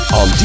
on